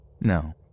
No